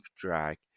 drag